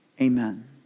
Amen